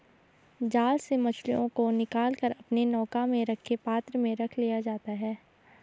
जाल से मछलियों को निकाल कर अपने नौका में रखे पात्र में रख लिया जाता है